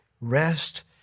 Rest